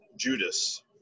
Judas